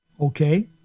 Okay